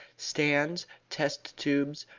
stands, test-tubes,